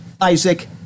Isaac